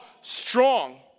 strong